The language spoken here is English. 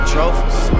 Trophies